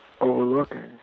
overlooking